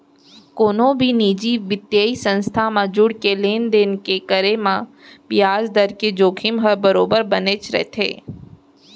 कोनो भी निजी बित्तीय संस्था म जुड़के लेन देन के करे म बियाज दर के जोखिम ह बरोबर बनेच रथे